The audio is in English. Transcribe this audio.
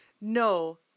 No